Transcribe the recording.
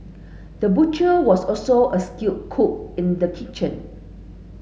the butcher was also a skill cook in the kitchen